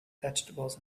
vegetables